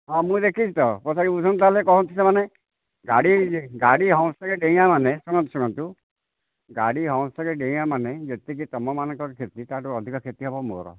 ହଁ ମୁଁ ଦେଖିଛି ତ ତଥାପି ବୁଝନ୍ତୁ ତାହାଲେ କହନ୍ତି ସେମାନେ ଗାଡ଼ି ଗାଡ଼ି ହମ୍ପସରେ ଡେଇଁଆ ମାନେ ଶୁଣନ୍ତୁ ଶୁଣନ୍ତୁ ଗାଡ଼ି ହମ୍ପସରେ ଡେଇଁଆ ମାନେ ଯେତିକି ତମମାନଙ୍କର କ୍ଷତି ତାଠୁ ଅଧିକା କ୍ଷତି ହେବ ମୋର